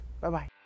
Bye-bye